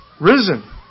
risen